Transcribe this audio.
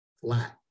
flat